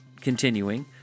continuing